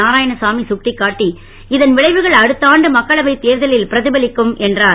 நாராயணசாமி சுட்டிக்காட்டி இதன் விளைவுகள் அடுத்த ஆண்டு மக்களவை தேர்தலில் பிரதிபலிக்கும் என்றார்